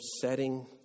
setting